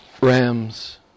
rams